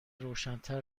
روشنتر